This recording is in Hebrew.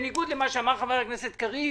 בניגוד למה שאמר חבר הכנסת קריב,